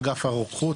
אגף הרוקחות,